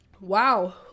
wow